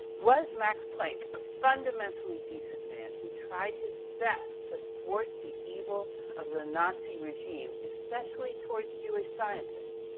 was max planck, a fundamentally decent man, who tried his best to thwart the evil of the nazi regime, especially, towards jewish scientists?